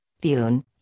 Bune